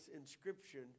inscription